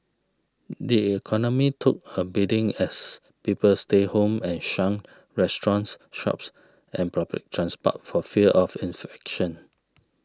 the economy took a beating as people stayed home and shunned restaurants shops and public transport for fear of infection